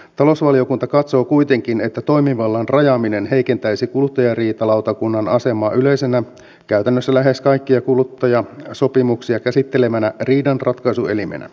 talousvaliokunta katsoo kuitenkin että toimivallan rajaaminen heikentäisi kuluttajariitalautakunnan asemaa yleisenä käytännössä lähes kaikkia kuluttajasopimuksia käsittelevänä riidanratkaisuelimenä